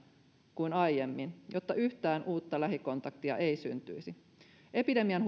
kuin aiemmin jotta yhtään uutta lähikontaktia ei syntyisi epidemian